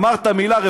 אמרת מילה,